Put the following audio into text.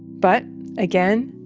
but again,